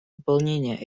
выполнения